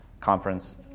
conference